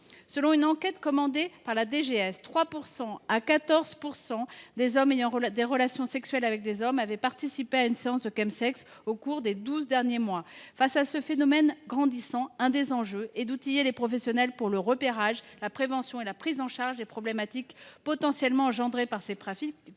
générale de la santé (DGS), 3 % à 14 % des hommes ayant des relations sexuelles avec des hommes avaient participé à une séance de au cours des douze derniers mois. Devant ce phénomène grandissant, un des enjeux est d’outiller les professionnels pour le repérage, la prévention et la prise en charge des problématiques potentiellement engendrées par ces pratiques,